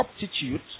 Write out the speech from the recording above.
substitute